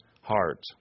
heart